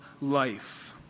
life